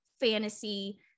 fantasy